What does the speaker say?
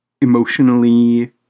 emotionally